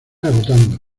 agotando